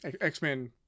X-Men